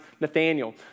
Nathaniel